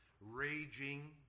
raging